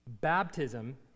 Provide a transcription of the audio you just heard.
Baptism